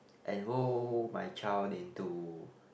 enroll my child into